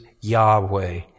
yahweh